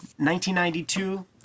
1992